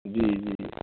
जी जी